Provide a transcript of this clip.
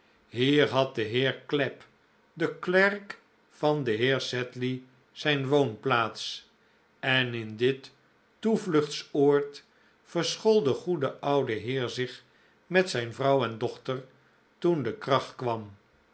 hier had de heer clapp de klerk van den heer sedley zijn woonplaats en in dit toevluchtsoord verschool de goede oude heer zich met zijn vrouw en dochter toen de krach kwam